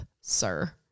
sir